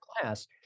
class